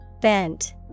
Bent